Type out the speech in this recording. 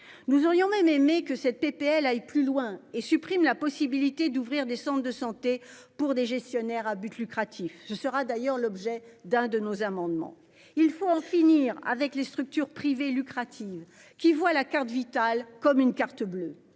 nous aurions même mais que cette PPL aille plus loin et supprime la possibilité d'ouvrir des centres de santé pour des gestionnaires à but lucratif je sera d'ailleurs l'objet d'un de nos amendements. Il faut en finir avec les structures privées lucratives, qui voit la carte vitale comme une carte bleue,